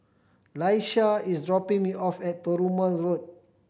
Laisha is dropping me off at Perumal Road